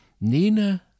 Nina